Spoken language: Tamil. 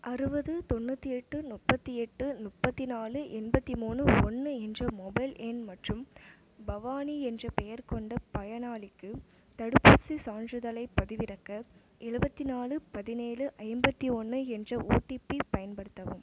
அறுபது தொண்ணூற்றி எட்டு முப்பத்தி எட்டு முப்பத்தி நாலு எண்பத்தி மூணு ஒன்று என்ற மொபைல் எண் மற்றும் பவானி என்ற பெயர் கொண்ட பயனாளிக்கு தடுப்பூசிச் சான்றிதழைப் பதிவிறக்க எழுபத்தி நாலு பதினேழு ஐம்பத்தி ஒன்று என்ற ஓடிபி பயன்படுத்தவும்